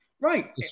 Right